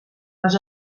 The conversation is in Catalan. les